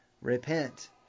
repent